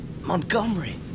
Montgomery